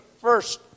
First